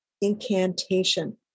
incantation